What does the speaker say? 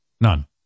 None